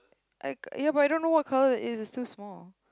like yeah but I don't know what colour it is it's too small